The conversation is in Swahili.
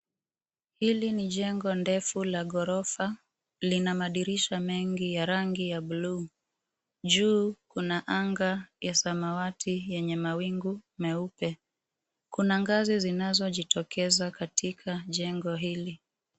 Hili ni jengo ndefu la ghorofa, lina madirisha mengi ya rangi ya buluu. Juu, kuna anga ya samawati yenye mawingu meupe. Kuna ngazi zinazojitokeza katika jengo hili.